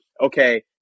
okay